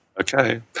Okay